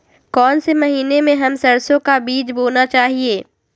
कौन से महीने में हम सरसो का बीज बोना चाहिए?